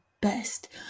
best